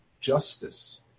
Justice